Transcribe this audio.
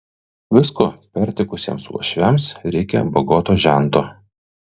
visko pertekusiems uošviams reikia bagoto žento